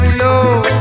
love